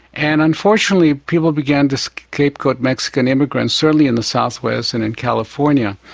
and unfortunately people began to scapegoat mexican immigrants, certainly in the south-west and in california.